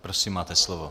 Prosím, máte slovo.